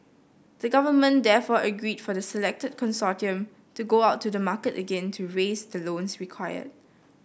the government therefore agreed for the selected consortium to go out to the market again to raise the loans required